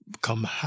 come